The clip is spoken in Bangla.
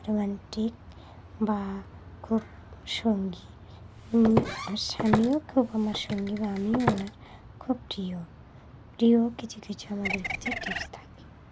রোম্যান্টিক বা খুব সঙ্গী আমার স্বামীও খুব আমার সঙ্গী বা আমিও ওনার খুব প্রিয় প্রিয় কিছু কিছু আমাদের কাছে টিপস থাকে